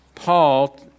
Paul